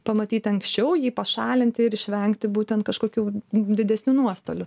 pamatyti anksčiau jį pašalinti ir išvengti būtent kažkokių didesnių nuostolių